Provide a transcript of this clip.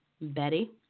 Betty